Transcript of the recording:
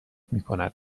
میکند